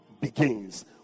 begins